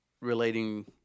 Relating